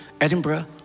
Edinburgh